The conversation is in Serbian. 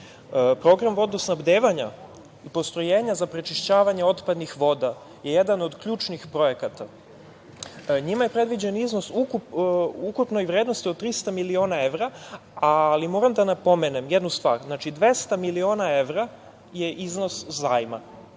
sredine. Program vodosnabdevanja i postrojenja za prečišćavanje otpadnih voda je jedan od ključnih projekata. Njima je predviđen iznos u ukupnoj vrednosti od 300 miliona evra, ali moram da napomenem jednu stvar. Znači, 200 miliona evra je iznos zajma,